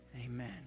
Amen